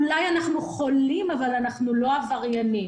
אולי אנחנו חולים, אבל אנחנו לא עבריינים.